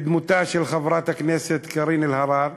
בדמותה של חברת הכנסת קארין אלהרר.